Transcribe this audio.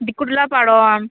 ᱫᱤᱠᱩ ᱴᱚᱞᱟ ᱯᱟᱲᱚᱢ